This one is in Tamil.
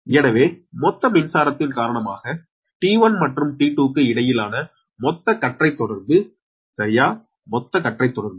எனவே மொத்த மின்சாரத்தின் காரணமாக T1 மற்றும் T2 க்கு இடையிலான மொத்த கற்றைத் தொடர்பு சரியா மொத்த கற்றைத் தொடர்பு